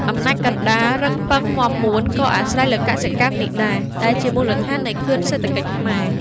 អំណាចកណ្តាល រឹងប៉ឹង មាំមួន ក៏អាស្រ័យលើកសិកម្មនេះដែរ ដែលជាមូលដ្ឋាននៃខឿនសេដ្ឋកិច្ចខ្មែរ។